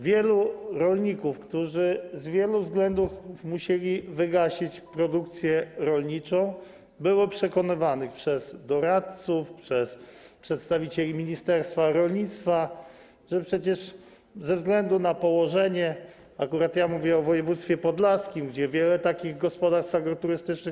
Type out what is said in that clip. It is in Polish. Wielu rolników, którzy z wielu względów musieli wygasić produkcję rolniczą, było przekonywanych przez doradców, przez przedstawicieli ministerstwa rolnictwa, że przecież ze względu na położenie, akurat mówię o województwie podlaskim, gdzie powstało wiele takich gospodarstw agroturystycznych.